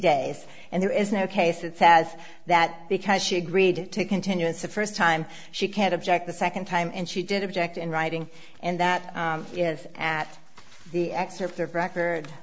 days and there is no case that says that because she agreed to a continuance the first time she can't object the second time and she did object in writing and that is at the excerpts of record